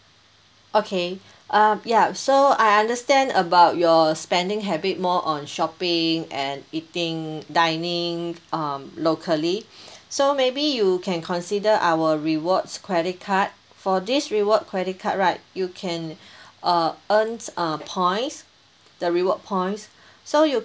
okay um ya so I understand about your spending habit more on shopping and eating dining um locally so maybe you can consider our rewards credit card for this reward credit card right you can uh earns uh points the reward points so you